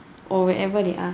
or wherever they are